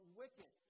wicked